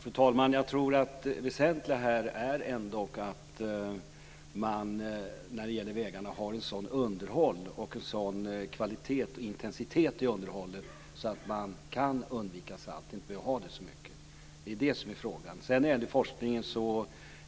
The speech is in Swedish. Fru talman! Jag tror att det väsentliga här ändock är att man när det gäller vägarna har ett sådant underhåll och en sådan kvalitet och intensitet i underhållet att man kan undvika salt eller inte behöver ha så mycket salt. Det är det som är frågan. När det gäller forskningen